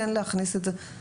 כן להכניס את זה בחוק.